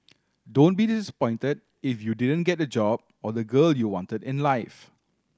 don't be disappointed if you didn't get the job or the girl you wanted in life